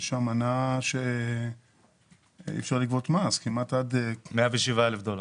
יש אמנה שאי אפשר לגבות מס כמעט עד --- 107,000 דולר.